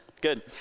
good